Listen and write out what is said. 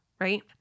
Right